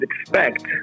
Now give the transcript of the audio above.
Expect